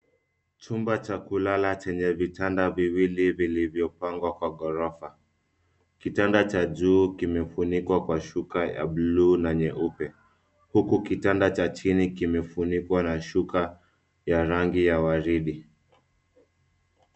Chumba cha kulala chenye vitanda viwili vilivyopangwa kwa gorofa. Kitanda cha juu kimefunikwa kwa shuka ya buluu na nyeupe. Huku kitanda cha chini kimefunikwa kwa shuka ya rangi ya waridi.